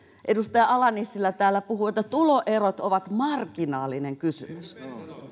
edustaja ala nissilä täällä puhui että tuloerot ovat marginaalinen kysymys